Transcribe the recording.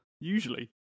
usually